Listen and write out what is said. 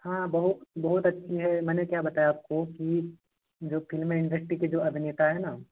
हाँ बहुत अच्छी है मैंने क्या बताया आपको की जो फ़िल्म इंडस्ट्री के जो अभिनेता हैं ना